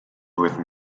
with